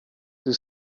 two